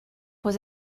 was